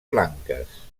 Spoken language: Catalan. blanques